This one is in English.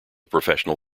professional